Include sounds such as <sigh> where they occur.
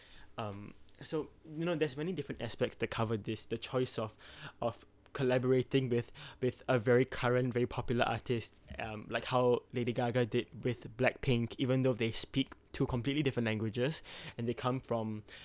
<breath> um so you know there's many different aspects that cover this the choice of <breath> of collaborating with <breath> with a very current very popular artist um like how lady gaga did with blackpink even though they speak two completely different languages <breath> and they come from <breath>